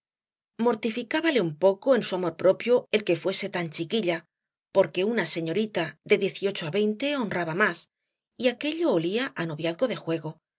mortificábale un poco en su amor propio el que fuese tan chiquilla porque una señorita de diez y ocho á veinte honraba más y aquello olía á noviazgo de juego